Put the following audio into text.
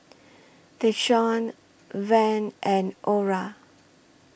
Deshaun Van and Ora